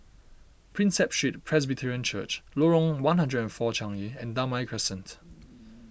Prinsep Street Presbyterian Church Lorong one hundred and four Changi and Damai Crescent